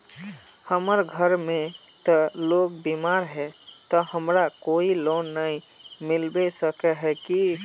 हमर घर में ते लोग बीमार है ते हमरा कोई लोन नय मिलबे सके है की?